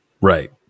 Right